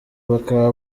bakaba